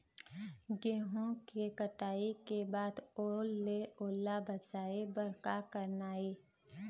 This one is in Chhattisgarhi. गेहूं के कटाई के बाद ओल ले ओला बचाए बर का करना ये?